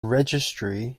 registry